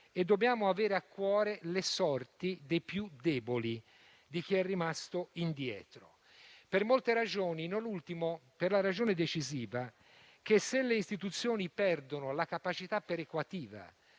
Dobbiamo avere a cuore le sorti dei più deboli e di chi è rimasto indietro, per molte ragioni, e, non da ultimo, per una decisiva: se le istituzioni perdono la capacità perequativa